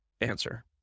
answer